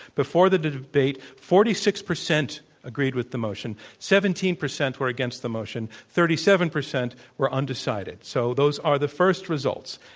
before the debate forty six percent agreed with the motion seventeen percent were against the motion thirty seven percent were undecided. so, those are the first results.